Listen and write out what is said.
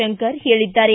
ಶಂಕರ್ ಹೇಳಿದ್ದಾರೆ